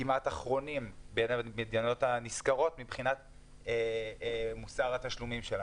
כמעט אחרונים בין המדינות הנסקרות מבחינת מוסר התשלומים שלנו.